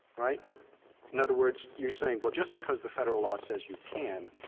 right in other words, you're saying, well, just because the federal law says you can,